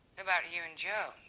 about you and joe,